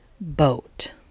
boat